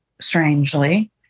strangely